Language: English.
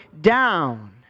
down